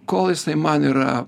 kol jisai man yra